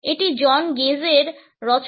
এটি জন গেজের রচনা